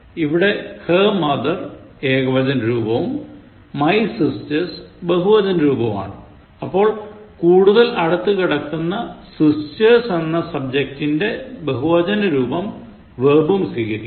ഇവിടെ her mother ഏകവചന രൂപവും my sisters ബഹുവചന രൂപവുമാണ് അപ്പോൾ കൂടുതൽ അടുത്തു കിടക്കുന്ന sisters എന്ന സബ്ജെക്റ്റിന്റെ ബഹുവചന രൂപം വെർബും സ്വീകരിക്കും